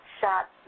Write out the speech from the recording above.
shot